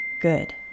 good